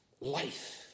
life